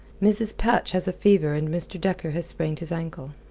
mrs. patch has a fever and mr. dekker has sprained his ankle.